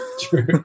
True